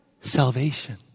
salvation